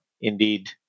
indeed